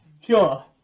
sure